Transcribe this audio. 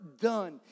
done